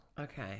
Okay